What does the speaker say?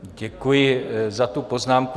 Děkuji za tu poznámku.